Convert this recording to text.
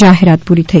જાહેરાત પૂરી થઇ